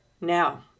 now